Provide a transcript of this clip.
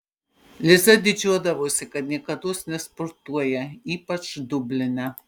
liza didžiuodavosi kad niekados nesportuoja ypač dubline